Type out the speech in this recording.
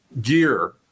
gear